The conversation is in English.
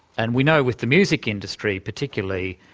and we know with the music industry particularly,